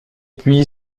puis